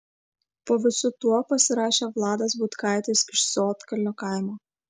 po visu tuo pasirašė vladas butkaitis iš sodkalnio kaimo